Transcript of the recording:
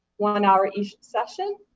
one hour each session,